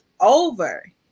over